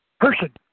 Person